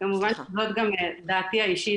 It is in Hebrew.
כמובן שזו גם דעתי האישית,